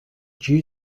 due